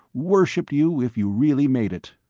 worshipped you if you really made it.